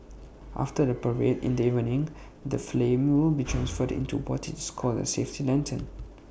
after the parade in the evening the flame will be transferred into what is called A safety lantern